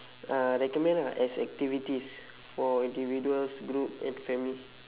uh recommend ah as activities for individuals group and family